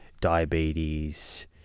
diabetes